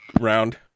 round